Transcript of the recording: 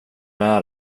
med